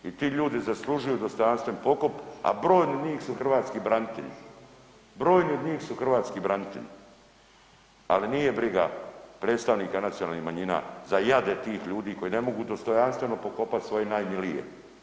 I ti ljudi zaslužuju dostojanstven pokop, a brojni od njih su hrvatski branitelji, brojni od njih su hrvatski branitelji, ali nije briga predstavnika nacionalnih manjina za jade tih ljudi koji ne mogu dostojanstveno pokopati svoje najmilije.